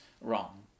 wrong